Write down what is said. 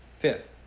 Fifth